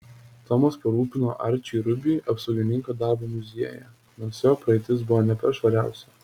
tomas parūpino arčiui rubiui apsaugininko darbą muziejuje nors jo praeitis buvo ne per švariausia